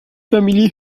family